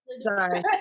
sorry